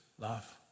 love